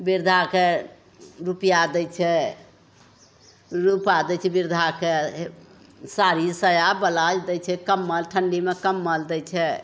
वृद्धाके रुपैआ दै छै रुपा दै छै वृद्धाके साड़ी साया ब्लाउज दै छै कम्बल ठण्डीमे कम्बल दै छै